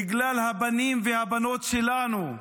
בגלל הבנים והבנות שלנו,